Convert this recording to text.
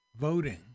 voting